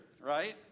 right